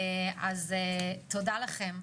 אז תודה לכם,